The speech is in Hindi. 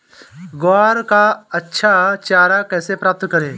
ग्वार का अच्छा चारा कैसे प्राप्त करें?